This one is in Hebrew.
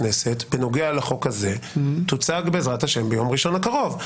בנוגע לחוק הזה, תוצג בעזרת השם ביום ראשון הקרוב.